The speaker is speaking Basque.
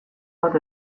bat